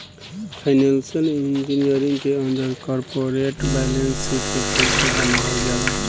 financial engineering के अंदर corporate balance sheet के फेर से बनावल जाला